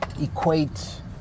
equate